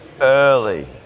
early